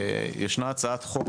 ישנה הצעת חוק